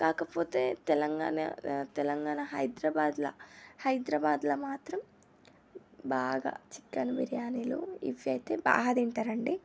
కాకపోతే తెలంగాణ తెలంగాణ హైదరాబాద్ల హైదరాబాద్ల మాత్రం బాగా చికెన్ బిర్యానీలు ఇవైతే బాగా తింటారండి